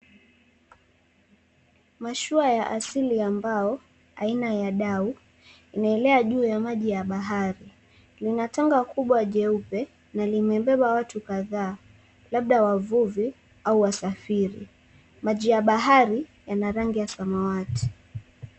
Mashua ya asili ya mbao, aina ya dau, inaelea juu ya maji ya bahari lina tonga kubwa jeupe, na limebeba watu kadhaa, labda wavuvi au wasafiri. Maji ya bahari yana rangi ya samawati.